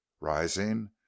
rising